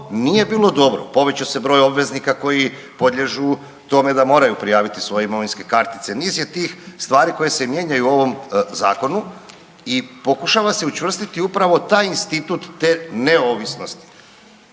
nije bilo dobro, povećao se broj obveznika koji podliježu tome da moraju prijaviti svoje imovinske kartice, niz je tih stvari koji se mijenjaju u ovom zakonu i pokušava se učvrstiti upravo taj institut te neovisnosti.